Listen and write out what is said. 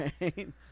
right